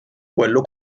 quello